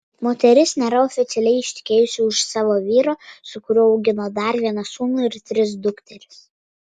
moteris nėra oficialiai ištekėjusi už savo vyro su kuriuo augina dar vieną sūnų ir tris dukteris